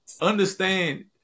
understand